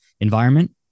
environment